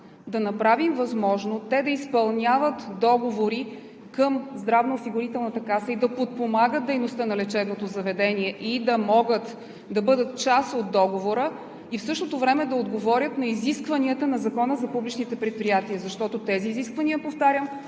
да направим възможно те да изпълняват договори към Здравноосигурителната каса, да подпомагат дейността на лечебното заведение и да могат да бъдат част от Договора, и в същото време да отговорят на изискванията на Закона за публичните предприятия. Защото тези изисквания, повтарям,